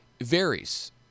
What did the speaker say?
varies